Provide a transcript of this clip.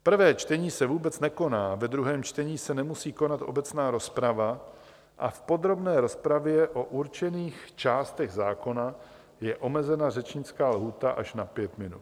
Prvé čtení se vůbec nekoná a ve druhém čtení se nemusí konat obecná rozprava a v podrobné rozpravě o určených částech zákona je omezena řečnická lhůta až na pět minut.